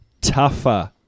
Tougher